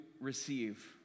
receive